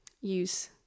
use